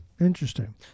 interesting